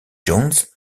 jones